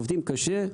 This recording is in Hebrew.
עובדים קשה,